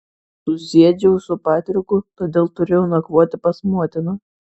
susiėdžiau su patriku todėl turėjau nakvoti pas motiną